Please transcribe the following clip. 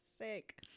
sick